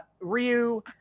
Ryu